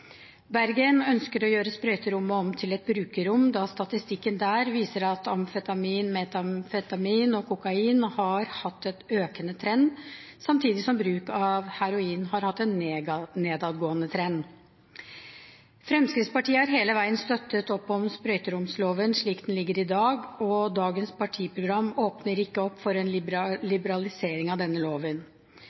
Bergen ønsker å gjøre sprøyterommet om til et brukerrom, da statistikken der viser at amfetamin, metamfetamin og kokain har hatt en økende trend, samtidig som bruk av heroin har hatt en nedadgående trend. Fremskrittspartiet har hele veien støttet opp om sprøyteromsloven slik den ligger i dag, og dagens partiprogram åpner ikke opp for en liberalisering av denne loven.